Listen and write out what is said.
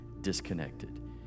disconnected